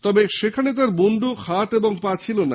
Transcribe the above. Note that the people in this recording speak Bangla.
তবে সেখানে তার মুন্ডু হাত ও পা ছিল না